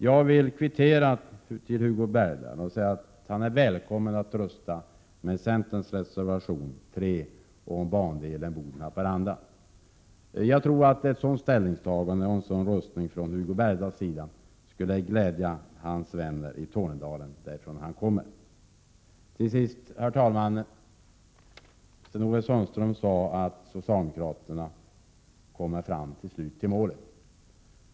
Jag vill kvittera och säga att Hugo Bergdahl är välkommen att rösta med centerns reservation 3 om bandelen Boden Haparanda. Jag tror att ett sådant ställningstagande och ett sådant röstande från Hugo Bergdahl skulle glädja hans vänner i Tornedalen, som han kommer ifrån. Till sist, herr talman: Sten-Ove Sundström sade att socialdemokraterna till slut kommer fram till målet.